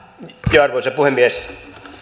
arvoisa puhemies